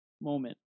moment